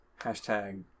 Hashtag